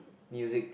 music